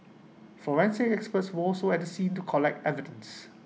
forensic experts were also at the scene to collect evidence